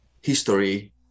history